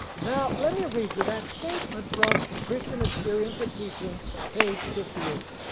now let me read you that statement from christian experience and teaching page fifty eight.